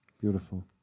Beautiful